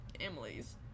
Emily's